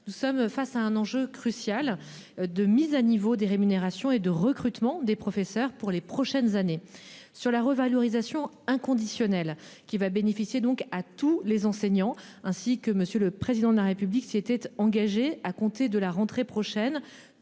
Nous sommes face à un enjeu crucial de mise à niveau des rémunérations et de recrutement des professeurs pour les prochaines années sur la revalorisation inconditionnelle qui va bénéficier donc à tous les enseignants ainsi que monsieur le président de la République s'était engagé à compter de la rentrée prochaine